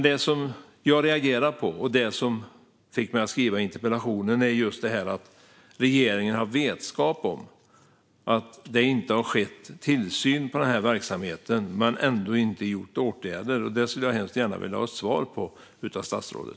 Det som jag reagerar på, och det som fick mig att skriva interpellationen, är att regeringen har vetskap om att det inte har skett tillsyn av verksamheten men ändå inte vidtagit åtgärder. Jag skulle gärna vilja ha svar av statsrådet.